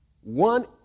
One